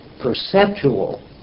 perceptual